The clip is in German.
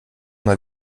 mal